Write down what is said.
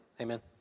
Amen